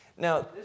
Now